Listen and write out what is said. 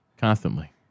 Constantly